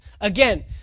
again